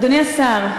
אדוני השר,